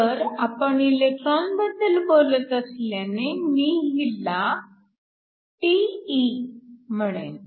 तर आपण इलेक्ट्रॉनबद्दल बोलत असल्याने मी हिला τe म्हणेन